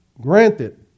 granted